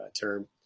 term